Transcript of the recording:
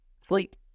Sleep